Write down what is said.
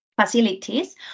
facilities